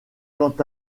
quant